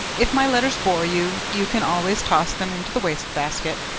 if my letters bore you, you can always toss them into the wastebasket.